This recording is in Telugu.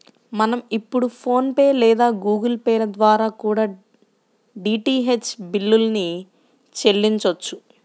మనం ఇప్పుడు ఫోన్ పే లేదా గుగుల్ పే ల ద్వారా కూడా డీటీహెచ్ బిల్లుల్ని చెల్లించొచ్చు